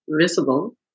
visible